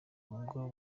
ubwo